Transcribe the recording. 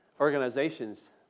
organizations